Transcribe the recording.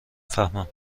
فهمم